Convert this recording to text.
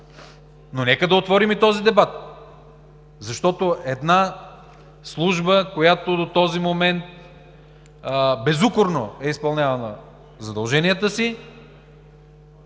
Но нека да отворим и този дебат! Защото една служба, която до този момент безукорно е изпълнявала задълженията си,